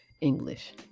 English